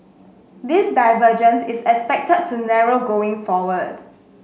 this divergence is expected to narrow going forward